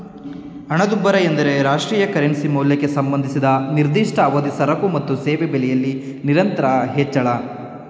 ಹಣದುಬ್ಬರ ಎಂದ್ರೆ ರಾಷ್ಟ್ರೀಯ ಕರೆನ್ಸಿ ಮೌಲ್ಯಕ್ಕೆ ಸಂಬಂಧಿಸಿದ ನಿರ್ದಿಷ್ಟ ಅವಧಿ ಸರಕು ಮತ್ತು ಸೇವೆ ಬೆಲೆಯಲ್ಲಿ ನಿರಂತರ ಹೆಚ್ಚಳ